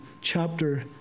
Chapter